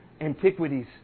Antiquities